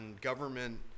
government